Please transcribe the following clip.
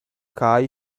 kaj